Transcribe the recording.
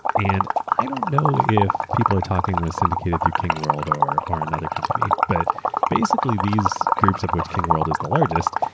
and i don't know if people are talking was syndicated through king world or or another company. but basically, these groups, of which king world is the largest,